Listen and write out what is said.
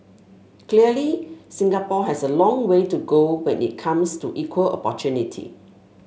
clearly Singapore has a long way to go when it comes to equal opportunity